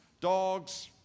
dogs